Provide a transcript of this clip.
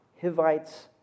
Hivites